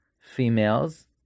females